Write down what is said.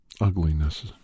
ugliness